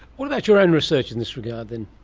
what about your own research in this regard then?